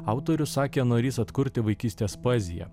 autorius sakė norįs atkurti vaikystės poeziją